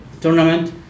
tournament